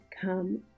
come